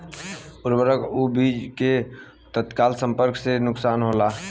उर्वरक अ बीज के तत्काल संपर्क से का नुकसान होला?